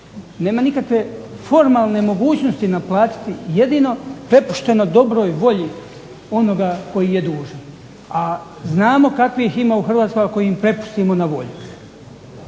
nema nikakve formalne mogućnosti naplatiti jedino prepušteno dobroj volji onoga koji je dužan. A znamo kakvih ima u Hrvatskoj ako im prepustimo na volju.